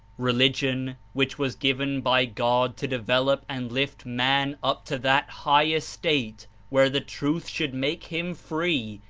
religion, which was given by god to develop and lift man up to that high estate where the truth should make him free,